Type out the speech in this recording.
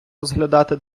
розглядати